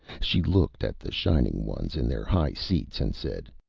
she looked at the shining ones in their high seats, and said,